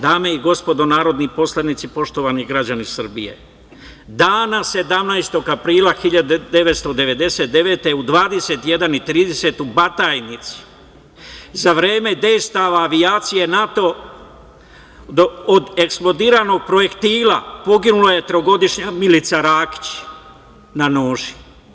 Dame i gospodo narodni poslanici, poštovani građani Srbije, dana 17. aprila 1999. godine u 21.30 u Batajnici za vreme dejstava avijacije NATO od eksplodiranog projektila poginula je trogodišnja Milica Rakić na noši.